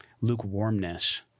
lukewarmness